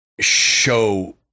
show